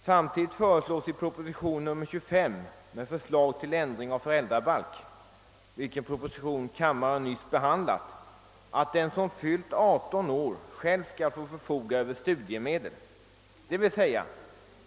Samtidigt föreslogs i propositionen nr 25 med förslag till ändring i föräldrabalken, vilken proposition kammaren nyss behandlat, att den som fyllt 18 år själv skall få förfoga över studiemedel.